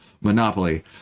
monopoly